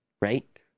right